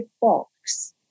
box